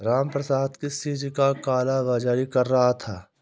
रामप्रसाद किस चीज का काला बाज़ारी कर रहा था